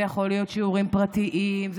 שיעורים פרטיים,